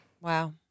Wow